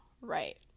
right